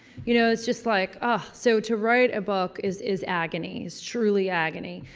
you know, it's just like ah. so to write a book is, is agony. is truely agony.